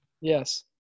Yes